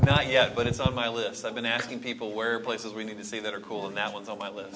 not yet but it's on my list i've been asking people where places we need to see that are cool now what's on my list